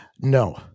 No